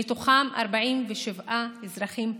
ומתוכם 47 אזרחים ערבים.